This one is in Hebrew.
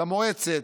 למועצת,